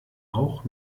auch